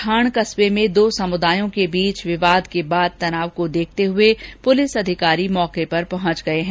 सवाईमाधोपुर के छाण कस्बे में दो समुदायों के बीच विवाद के बाद तनाव को देखते हुए पुलिस अधिकारी मौके पर पहंच गए हैं